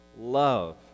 love